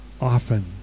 often